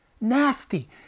Nasty